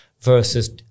Versus